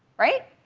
right?